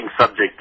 subject